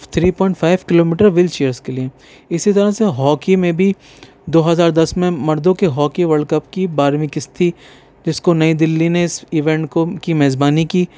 three point five kilometre wheel chairs کے لئے اِسی طرح سے ہوکی میں بھی دو ہزار دس میں مردوں کے ہوکی ورلڈ کپ کی بارہویں قِسط تھی جس کو نئی دِلّی نے اِس ایونٹ کو کی میزبانی کی